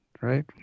right